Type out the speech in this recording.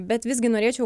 bet visgi norėčiau